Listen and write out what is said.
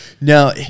Now